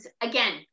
again